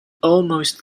almost